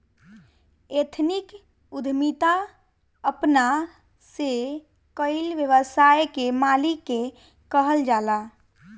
ethnic उद्यमिता अपना से कईल व्यवसाय के मालिक के कहल जाला